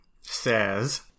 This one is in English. says